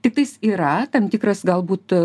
tiktais yra tam tikras galbūt